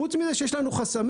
חוץ מזה שיש לנו חסמים,